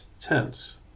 tense